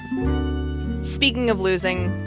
speaking of losing,